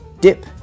dip